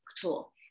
tool